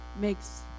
makes